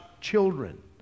children